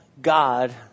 God